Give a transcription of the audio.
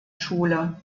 schule